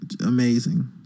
amazing